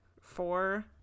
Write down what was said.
four